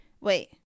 Wait